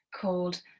called